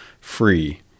free